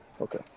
Okay